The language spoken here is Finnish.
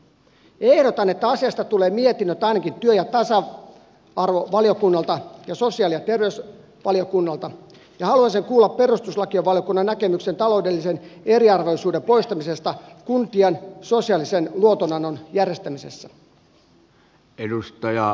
ehdotan että asiasta tulee mietinnöt ainakin työ ja tasa arvovaliokunnalta ja sosiaali ja terveysvaliokunnalta ja haluaisin kuulla perustuslakivaliokunnan näkemyksen taloudellisen eriarvoisuuden poistamisesta kuntien sosiaalisen luotonannon järjestämisessä